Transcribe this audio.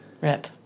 Rip